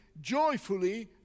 joyfully